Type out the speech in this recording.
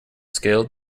scaled